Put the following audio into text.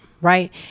right